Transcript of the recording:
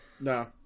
No